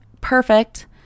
perfect